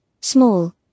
small